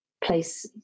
place